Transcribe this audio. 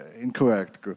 incorrect